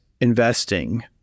investing